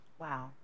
Wow